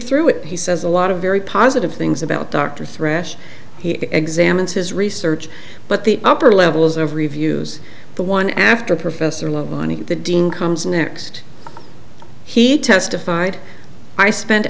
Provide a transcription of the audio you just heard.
through it he says a lot of very positive things about dr thresh he examined his research but the upper levels of reviews the one after professor loney the dean comes next he testified i spent